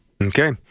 Okay